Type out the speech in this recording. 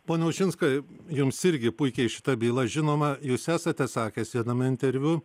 pone ušinskai jums irgi puikiai šita byla žinoma jūs esate sakęs viename interviu